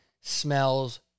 smells